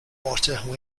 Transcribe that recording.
water